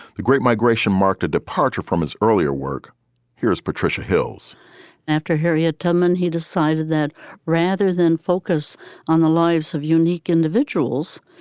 the great migration marked a departure from his earlier work here's patricia hill's after harriet tubman. he decided that rather than focus on the lives of unique individuals,